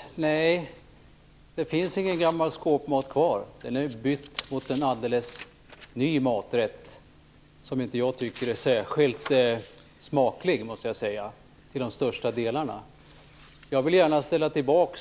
Fru talman! Nej, det finns ingen gammal skåpmat kvar. Den är utbytt mot en alldeles ny maträtt, som jag inte tycker är särskilt smaklig till de största delarna. Jag vill gärna ställa tillbaka